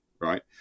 right